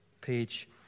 page